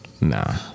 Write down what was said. Nah